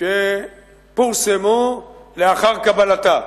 שפורסמו לאחר קבלתה.